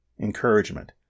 Encouragement